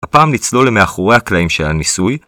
הפעם לצלול למאחורי הקלעים של הניסוי